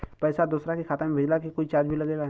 पैसा दोसरा के खाता मे भेजला के कोई चार्ज भी लागेला?